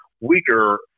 weaker